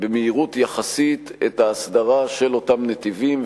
במהירות יחסית את ההסדרה של אותם נתיבים,